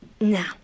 Now